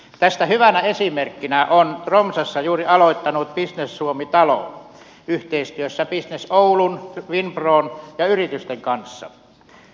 tästä hyvänä esimerkkinä on tromssassa juuri aloittanut business suomi talo yhteistyössä businessoulun finpron ja yritysten kanssa